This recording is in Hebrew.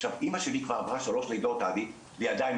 עכשיו אמא שלי עברה שלוש לידות עדי והיא עדיין